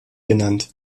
genannt